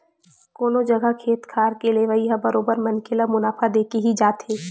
कोनो जघा खेत खार के लेवई ह बरोबर मनखे ल मुनाफा देके ही जाथे